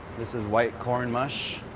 this is white corn mush.